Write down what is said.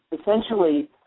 essentially